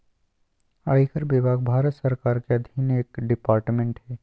आयकर विभाग भारत सरकार के अधीन एक डिपार्टमेंट हय